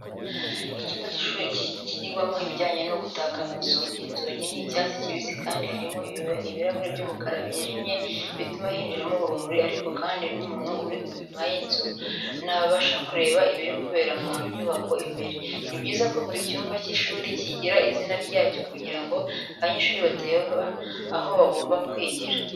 Icyumba cy'ishuri cyigirwamo ibijyanye no gutaka amazu. Inzugi ni icyatsi kibisi kandi harimo ibirahure by'umukara byijimye bituma hinjiramo urumuri ariko kandi n'umuntu uri inyuma y'inzu ntabashe kureba ibiri kubera mu nyubako imbere. Ni byiza ko buri cyumba cy'ishuri kigira izina ryacyo kugira ngo abanyeshuri batayoba aho bagomba kwigira.